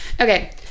Okay